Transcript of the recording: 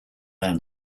ann